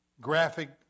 graphic